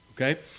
Okay